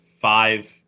five